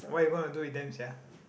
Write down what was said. what you going to do with them sia